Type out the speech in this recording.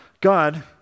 God